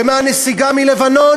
ומהנסיגה מלבנון,